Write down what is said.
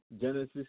Genesis